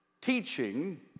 teaching